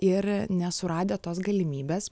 ir nesuradę tos galimybės